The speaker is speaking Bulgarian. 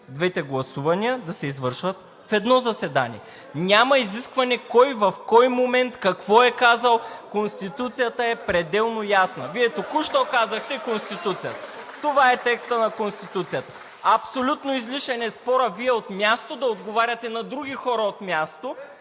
двете гласувания да се извършват в едно заседание.“ Няма изискване кой в кой момент какво е казал. Конституцията е пределно ясна. Вие току-що казахте: Конституцията. (Ръкопляскания от „БСП за България“.) Това е текстът на Конституцията. Абсолютно излишен е спорът Вие от място да отговаряте на други хора от място